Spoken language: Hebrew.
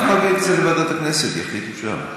אנחנו נעביר את זה לוועדת הכנסת, יחליטו שם.